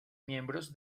miembros